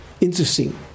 Interesting